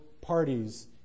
parties